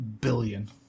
billion